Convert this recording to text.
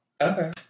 Okay